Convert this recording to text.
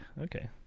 Okay